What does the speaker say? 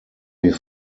wie